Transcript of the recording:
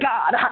God